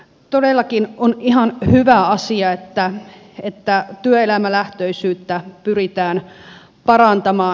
todellakin on ihan hyvä asia että työelämälähtöisyyttä pyritään parantamaan